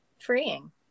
freeing